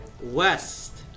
west